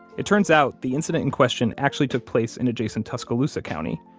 it turns out the incident in question actually took place in adjacent tuscaloosa county.